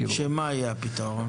מה יהיה הפתרון?